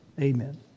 Amen